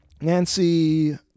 Nancy